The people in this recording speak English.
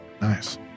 Nice